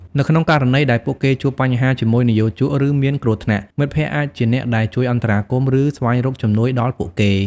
នៅក្នុងករណីដែលពួកគេជួបបញ្ហាជាមួយនិយោជក ឬមានគ្រោះថ្នាក់ មិត្តភក្តិអាចជាអ្នកដែលជួយអន្តរាគមន៍ ឬស្វែងរកជំនួយដល់ពួកគេ ។